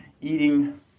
eating